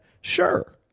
Sure